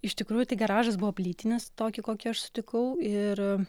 iš tikrųjų tai garažas buvo plytinis tokį kokį aš sutikau ir